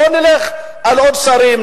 בואו נלך על עוד שרים,